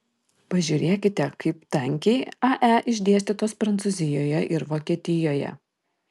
pažiūrėkite kaip tankiai ae išdėstytos prancūzijoje ir vokietijoje